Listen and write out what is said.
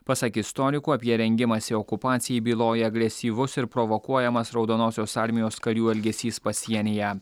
pasak istorikų apie rengimąsi okupacijai byloja agresyvus ir provokuojamas raudonosios armijos karių elgesys pasienyje